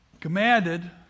commanded